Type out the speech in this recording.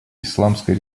исламской